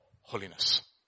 holiness